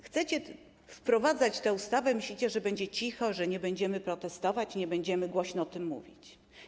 Chcecie wprowadzać tę ustawę, myślicie, że będzie cicho, że nie będziemy protestować, nie będziemy głośno o tym mówić.